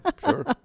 Sure